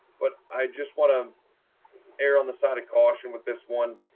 but i just want to um err on the side of caution with this one